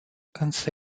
însă